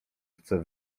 chce